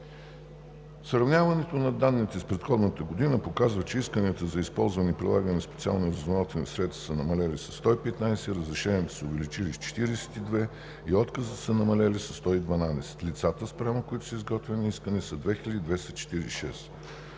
Сравняването на данните с предходната година показва, че исканията за използване и прилагане на специални разузнавателни средства са намалели със 115, разрешенията са се увеличили с 42 и отказите са намалели със 112. Лицата, спрямо които са изготвени искания, са 2246.